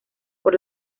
por